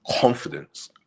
confidence